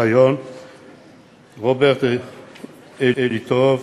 רוברט אילטוב,